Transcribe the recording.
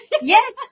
Yes